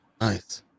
Nice